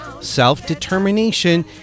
self-determination